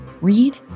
Read